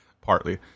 Partly